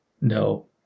no